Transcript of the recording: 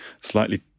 slightly